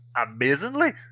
amazingly